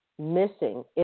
Missing